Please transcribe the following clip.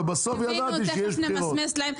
ובסוף ידעתי שיש בחירות.